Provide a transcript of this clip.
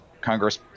Congress